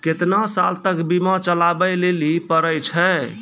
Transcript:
केतना साल तक बीमा चलाबै लेली पड़ै छै?